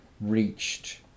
reached